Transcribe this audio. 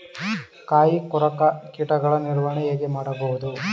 ಕಾಯಿ ಕೊರಕ ಕೀಟಗಳ ನಿರ್ವಹಣೆ ಹೇಗೆ ಮಾಡಬಹುದು?